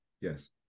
Yes